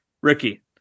Ricky